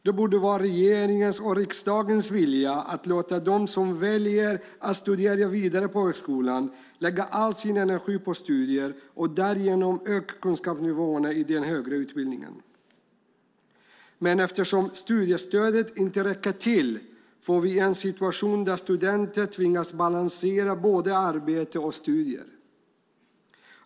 Det borde vara regeringens och riksdagens vilja att låta dem som väljer att studera vidare på högskolan lägga all sin energi på studier och därigenom öka kunskapsnivåerna i den högre utbildningen. Eftersom studiestödet inte räcker till får vi en situation där studenter tvingas balansera arbete och studier.